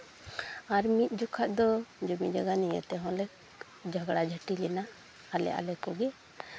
ᱟᱨ ᱢᱤᱫ ᱡᱚᱠᱷᱮᱡ ᱫᱚ ᱡᱩᱢᱤ ᱡᱟᱭᱜᱟ ᱱᱤᱭᱟᱹ ᱛᱮᱦᱚᱸᱞᱮ ᱡᱷᱚᱜᱽᱲᱟ ᱡᱷᱟᱹᱴᱤ ᱞᱮᱱᱟ ᱟᱞᱮ ᱟᱞᱮ ᱠᱚᱜᱮ